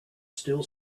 still